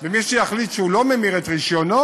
ומי שיחליט שהוא לא ממיר את רישיונו,